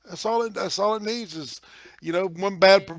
ah solid that's all it needs is you know one bad?